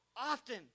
often